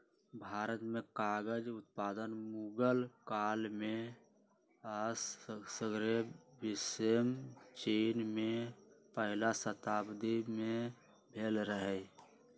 भारत में कागज उत्पादन मुगल काल में आऽ सग्रे विश्वमें चिन में पहिल शताब्दी में भेल रहै